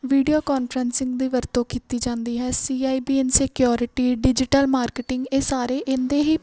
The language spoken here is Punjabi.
ਵੀਡੀਓ ਕਾਨਫਰਸਿੰਗ ਦੀ ਵਰਤੋਂ ਕੀਤੀ ਜਾਂਦੀ ਹੈ ਸੀ I P insecurity digital marketing ਇਹ ਸਾਰੇ ਇਹਦੇ ਹੀ